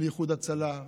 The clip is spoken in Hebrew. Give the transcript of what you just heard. לאיחוד הצלה,